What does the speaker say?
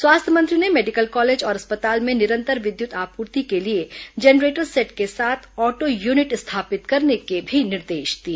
स्वास्थ्य मंत्री ने मेडिकल कॉलेज और अस्पताल में निरंतर विद्युत आपूर्ति के लिए जनरेटर सेट के साथ ऑटो यूनिट स्थापित करने के भी निर्देश दिए